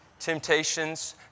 temptations